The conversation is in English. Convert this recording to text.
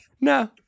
no